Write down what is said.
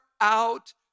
out